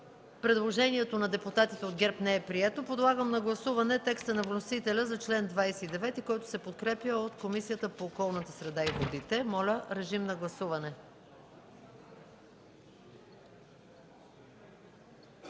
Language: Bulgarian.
Предложението на депутатите от ГЕРБ не е прието. Подлагам на гласуване текста на вносителя за чл. 29, който се подкрепя от Комисията по околната среда и водите. Гласували